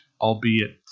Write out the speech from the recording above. albeit